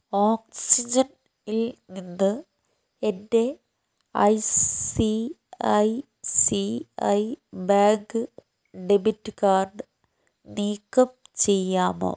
ഓക്സിജനിൽ നിന്ന് എൻ്റെ I C I C I bank debit card നീക്കം ചെയ്യാമോ